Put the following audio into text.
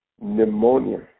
pneumonia